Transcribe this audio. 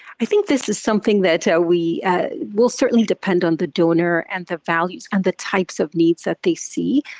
i think this is something that ah we will certainly depend on the donor and the values and the types of needs that they see.